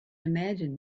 imagine